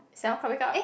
seven o-clock wake up